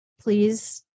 please